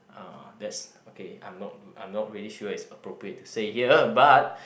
uh that's okay I'm not I'm not really sure is appropriate to say here but